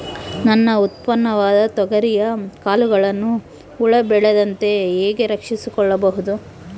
ನನ್ನ ಉತ್ಪನ್ನವಾದ ತೊಗರಿಯ ಕಾಳುಗಳನ್ನು ಹುಳ ಬೇಳದಂತೆ ಹೇಗೆ ರಕ್ಷಿಸಿಕೊಳ್ಳಬಹುದು?